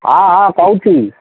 ହଁ ହଁ କହୁଛି